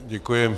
Děkuji.